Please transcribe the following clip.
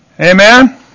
Amen